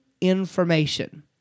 information